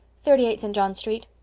thirty-eight st. john's street.